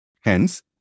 hence